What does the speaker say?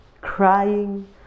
crying